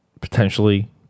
Potentially